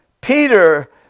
Peter